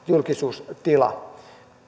julkisuustila